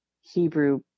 Hebrew